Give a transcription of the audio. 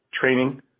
training